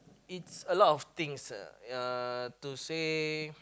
it's a lot of things uh ya to say